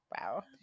Wow